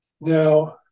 Now